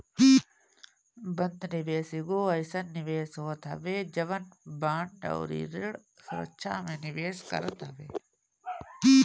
बंध निवेश एगो अइसन निवेश होत हवे जवन बांड अउरी ऋण सुरक्षा में निवेश करत हवे